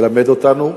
מלמד אותנו,